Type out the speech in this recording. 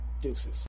Deuces